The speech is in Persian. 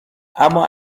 اما